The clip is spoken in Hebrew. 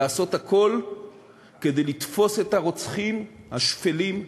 לעשות הכול כדי לתפוס את הרוצחים השפלים,